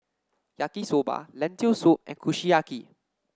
Yaki Soba Lentil Soup and Kushiyaki